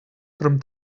from